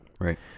right